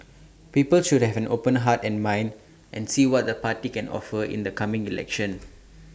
people should have an open heart and mind and see what the party can offer in the coming election